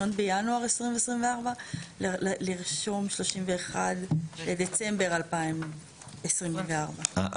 בינואר 2024 לרשום 31 בדצמבר 2024. אה,